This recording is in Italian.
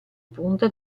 punta